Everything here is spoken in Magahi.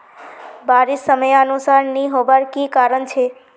बारिश समयानुसार नी होबार की कारण छे?